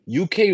UK